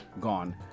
gone